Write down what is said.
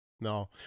No